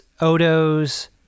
Odo's